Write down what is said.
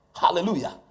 Hallelujah